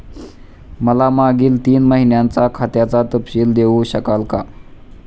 मला मागील तीन महिन्यांचा खात्याचा तपशील देऊ शकाल का?